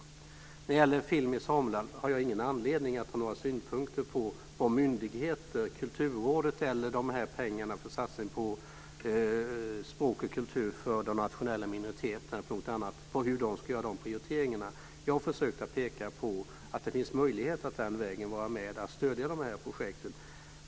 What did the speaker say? När det gäller projektet Film i Sameland och Tornedalen har jag ingen anledning att ha synpunkter på hur myndigheter, Kulturrådet, ska prioritera pengarna för satsningar på språk och kultur för de nationella minoriteterna. Jag har försökt att peka på att det finns möjlighet att den vägen vara med och stödja dessa projekt.